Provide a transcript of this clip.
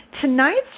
Tonight's